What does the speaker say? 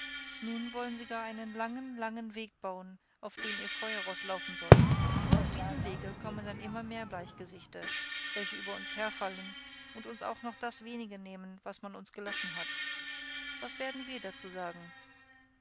nun wollen sie gar einen langen langen weg bauen auf dem ihr feuerroß laufen soll auf diesem wege kommen dann immer mehr bleichgesichter welche über uns herfallen und uns auch noch das wenige nehmen was man uns gelassen hat was werden wir dazu sagen